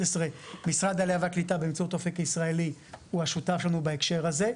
משרד העלייה והקליטה באמצעות "אופק ישראלי" הוא השותף שלנו בהקשר הזה.